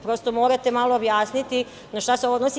Prosto morate malo objasniti na šta se odnosi.